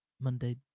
Monday